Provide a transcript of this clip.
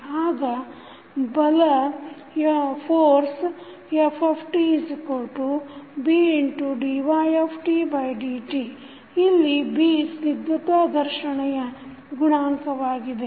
ಆಗ ಬಲ ftBdydt ಇಲ್ಲಿ B ಸ್ನಿಗ್ಧತಾ ಘರ್ಷಣೆಯ ಗುಣಾಂಕವಾಗಿದೆ